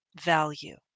value